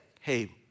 Hey